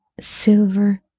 silver